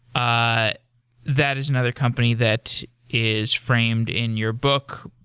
ah that is another company that is framed in your book,